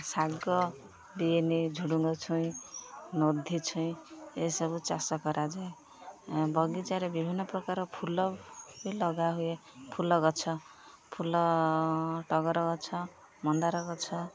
ଶାଗ ବିନ୍ସ୍ ଝୁଡ଼ଙ୍ଗ ଛୁଇଁ ନୋଧି ଛୁଇଁ ଏସବୁ ଚାଷ କରାଯାଏ ବଗିଚାରେ ବିଭିନ୍ନ ପ୍ରକାର ଫୁଲ ବି ଲଗା ହୁଏ ଫୁଲ ଗଛ ଫୁଲ ଟଗର ଗଛ ମନ୍ଦାର ଗଛ